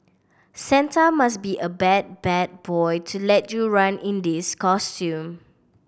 Santa must be a bad bad boy to let you run in these costume